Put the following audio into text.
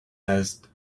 asked